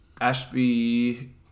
Ashby